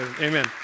Amen